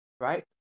Right